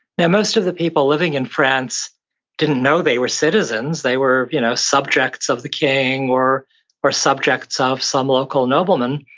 most of the people living in france didn't know they were citizens. they were you know subjects of the king, or or subjects of some local noble man.